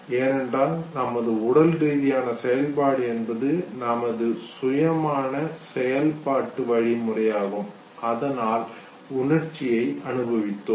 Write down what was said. ஏனென்றால் நமது உடல் ரீதியான செயல்பாடு என்பது நமது சுயமான செயல்பாட்டு வழிமுறையாகும் அதனால் உணர்ச்சியை அனுபவித்தோம்